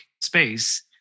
space